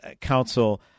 Council